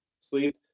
sleep